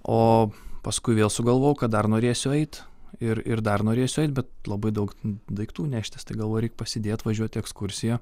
o paskui vėl sugalvojau kad dar norėsiu eit ir ir dar norėsiu eit bet labai daug daiktų neštis tai galvoju reik pasidėt važiuot į ekskursiją